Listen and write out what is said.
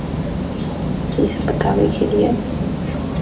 इसभ बताबैके लिए